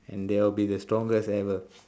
and they will be the strongest ever